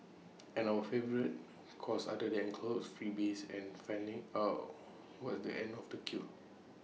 and our favourite cause other than clothes freebies and finding out was the end of the queue